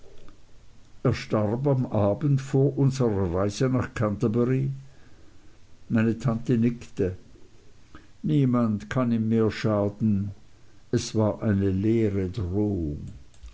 er starb am abend vor unserer reise nach canterbury meine tante nickte niemand kann ihm mehr schaden es war eine leere drohung